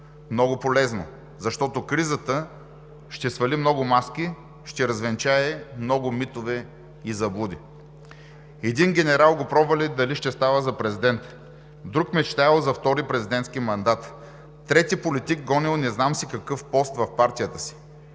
много полезно, защото кризата ще свали много маски, ще развенчае много митове и заблуди. Един генерал го пробвали дали ще става за президент, друг мечтаел за втори президентски мандат, трети политик гонел не знам какъв си пост в партията си.